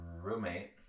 roommate